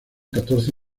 catorce